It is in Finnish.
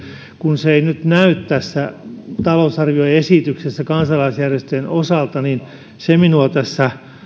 kun se ei nyt näy tässä talousarvioesityksessä kansalaisjärjestöjen osalta niin se minua tässä